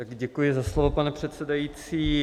Děkuji za slovo, pane předsedající.